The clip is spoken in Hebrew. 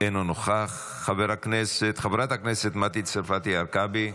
אינו נוכח, חברת הכנסת מטי צרפתי הרכבי,